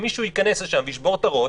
אם מישהו ייכנס לשם וישבור את הראש,